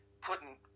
putting